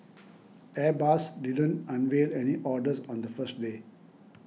airbus didn't unveil any orders on the first day